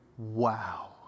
wow